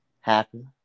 happen